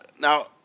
Now